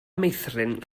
meithrin